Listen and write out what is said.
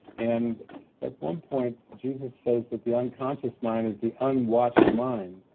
and at one point, jesus says that the unconscious mind is the unwatched mind.